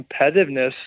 competitiveness